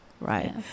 right